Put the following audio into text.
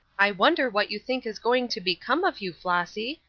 i wonder what you think is going to become of you, flossy?